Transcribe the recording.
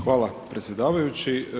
Hvala predsjedavajući.